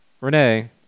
renee